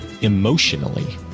emotionally